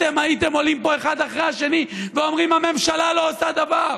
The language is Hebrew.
אתם הייתם עולים פה אחד אחרי השני ואומרים: הממשלה לא עושה דבר.